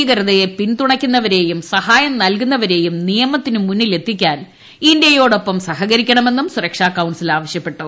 ഭീകരതയെ പിന്തുണയ്ക്കുന്നവരെയും സഹായം നൽകുന്നവരേയും നിയമത്തിന് മുന്നിലെത്തിക്കാൻ ഇന്ത്യയോടൊപ്പം സഹകരിക്കണമെന്നും സുരക്ഷാ കൌൺസിൽ ആവശ്യപ്പെട്ടു